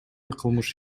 кылмыш